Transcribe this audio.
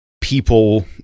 people